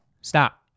stop